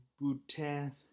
Bhutan